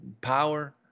power